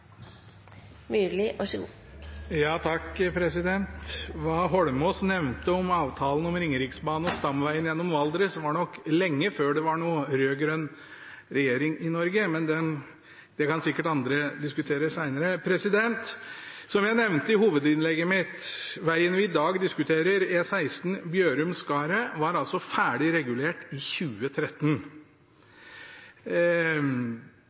Holmås nevnte om avtalen om Ringeriksbanen og stamveien gjennom Valdres, gjaldt nok lenge før det var en rød-grønn regjering i Norge. Men det kan sikkert andre diskutere senere. Som jeg nevnte i hovedinnlegget mitt, var veien vi i dag diskuterer, E16 Bjørum–Skaret, ferdig regulert i 2013.